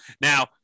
now